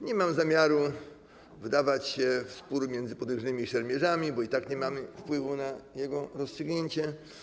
Nie mam zamiaru wdawać się w spór między potężnymi szermierzami, bo i tak nie mam wpływu na jego rozstrzygnięcie.